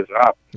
up